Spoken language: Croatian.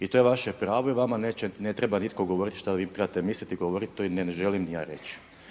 I to je vaše pravo i vama nitko ne treba što vi trebate misliti i govoriti, to niti ne želim ja reći.